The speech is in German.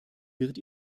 wird